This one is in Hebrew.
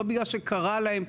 לא בגלל שקרה להם,